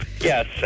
Yes